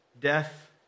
death